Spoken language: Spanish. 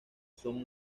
son